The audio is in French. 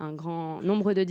aurons plusieurs